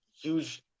huge